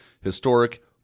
historic